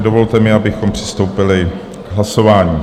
Dovolte mi, abychom přistoupili k hlasování.